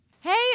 Hey